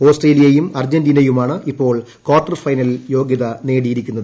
Australia യും അർജന്റീനയുമാണ് ഇപ്പോൾ കാർട്ടർ ഫൈനലിൽ യോഗ്യത നേടിയിരിക്കുന്നത്